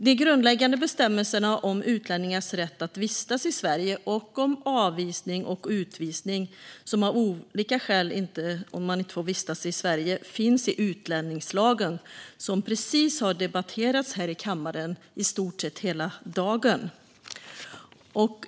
De grundläggande bestämmelserna om utlänningars rätt att vistas i Sverige och om avvisning och utvisning om man av olika skäl inte får vistas i Sverige finns i utlänningslagen, som precis har debatterats här i kammaren i stort sett hela dagen.